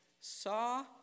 saw